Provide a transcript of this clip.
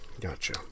Gotcha